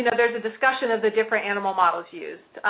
there's a discussion of the different animal models used.